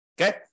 okay